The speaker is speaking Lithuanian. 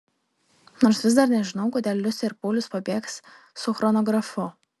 nors vis dar nežinau kodėl liusė ir paulius pabėgs su chronografu